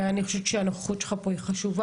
אני חושב שהנוכחות שלך פה היא חשובה.